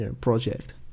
project